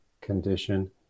condition